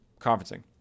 Conferencing